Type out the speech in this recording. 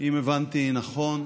אם הבנתי נכון,